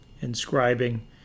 inscribing